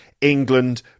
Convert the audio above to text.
England